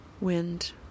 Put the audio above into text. Wind